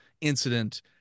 incident